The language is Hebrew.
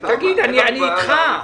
--- אין לנו בעיה להאריך את הזמן.